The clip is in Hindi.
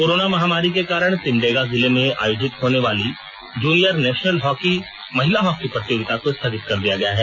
कोरोना महामारी के कारण सिमडेगा जिले में आयोजित होने वाली जूनियर नेशनल महिला हॉकी प्रतियोगिता को स्थगित कर दिया गया है